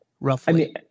Roughly